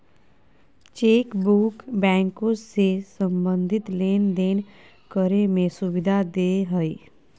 chequebook बैंको से संबंधित लेनदेन करे में सुविधा देय हइ